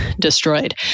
destroyed